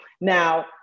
Now